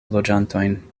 loĝantojn